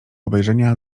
obejrzenia